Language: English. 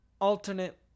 alternate